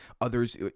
others